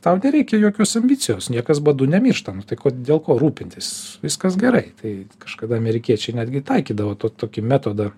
tau nereikia jokios ambicijos niekas badu nemiršta nu tai kodėl kuo rūpintis viskas gerai tai kažkada amerikiečiai netgi taikydavo tokį metodą